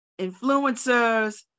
influencers